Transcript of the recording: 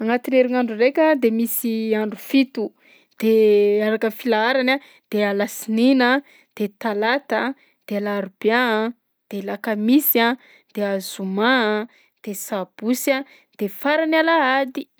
Agnatin'ny herignandro ndraika de misy andro fito, de araka filaharany a de: alasinina de talata de alarobia de lakamisy a de azoma de sabosy a de farany alahady.